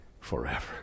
forever